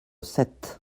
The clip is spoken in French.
sept